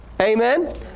Amen